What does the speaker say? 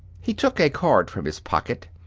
he took a card from his pocket,